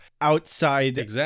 outside